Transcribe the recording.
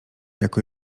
jako